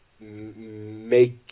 make